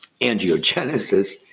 angiogenesis